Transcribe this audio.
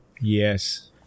yes